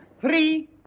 three